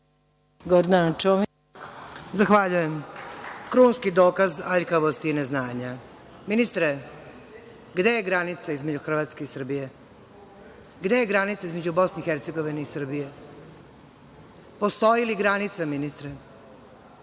**Gordana Čomić** Zahvaljujem. Krunski dokaz aljkavosti i neznanja. Ministre, gde je granica između Hrvatske i Srbije? Gde je granica između BiH i Srbije? Postoji li granica ministre?